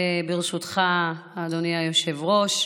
ברשותך, אדוני היושב-ראש,